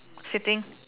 sitting